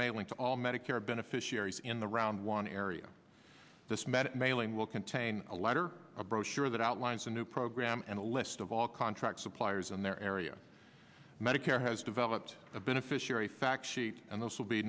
to all medicare beneficiaries in the round one area this med mailing will contain a letter a brochure that outlines a new program and a list of all contract suppliers in their area medicare has developed a beneficiary factsheet and those will be